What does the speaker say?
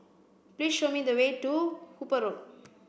please show me the way to Hooper Road